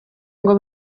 ngo